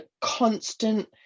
constant